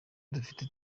dufite